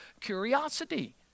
curiosity